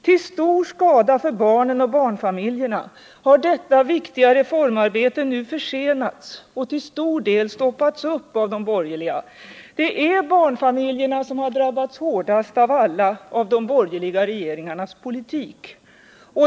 Till stor skada för barnen och barnfamiljerna har detta viktiga reformarbete nu försenats och till stor del stoppats upp av de borgerliga. Det är barnfamiljerna som drabbats hårdast av alla av de borgerliga regeringarnas politik.